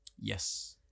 yes